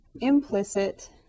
implicit